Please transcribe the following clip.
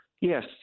Yes